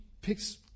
picks